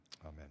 amen